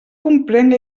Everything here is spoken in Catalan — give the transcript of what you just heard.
comprenc